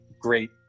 great